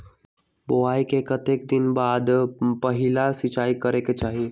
बोआई के कतेक दिन बाद पहिला सिंचाई करे के चाही?